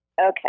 Okay